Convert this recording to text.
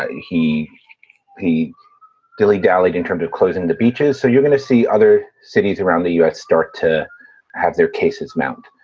he he dilly dally in terms of closing the beaches so you're going to see other cities around the u s. start to have their cases mount,